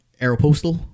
Aeropostal